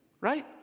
right